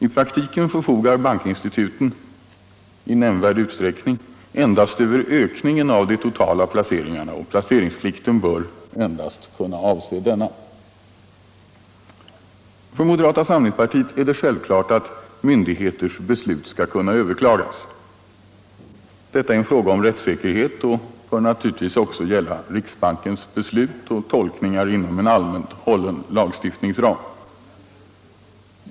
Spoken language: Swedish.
I praktiken förfogar bankinstituten i nämnvärd utsträckning endast över ökningen av de totala placeringarna och placeringsplikten bör endast kunna avse denna. För moderata samlingspartiet är det självklart att myndigheters beslut skall kunna överklagas. Detta är en fråga om rättssäkerhet och bör också gälla riksbankens beslut och tolkningar inom en allmänt hållen lagstiftningsram.